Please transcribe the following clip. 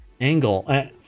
angle